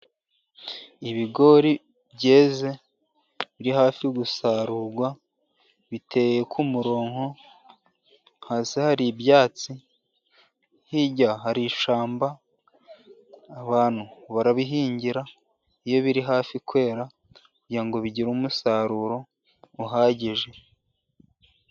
Ibigori byeze, biri hafi gusarurwa. Biteye ku murongo hasi hari ibyatsi, hirya hari ishyamba. Abantu barabihingira iyo biri hafi kwera, kugira ngo bigire umusaruro uhagije.